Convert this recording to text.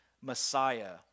Messiah